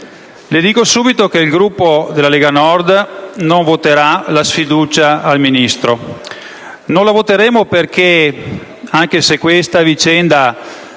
Le dico subito che il Gruppo della Lega Nord non voterà la sfiducia al Ministro; non la voteremo perché pensiamo che, anche se questa vicenda